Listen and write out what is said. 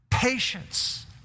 Patience